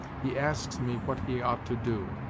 he asks me what he ought to do.